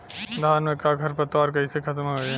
धान में क खर पतवार कईसे खत्म होई?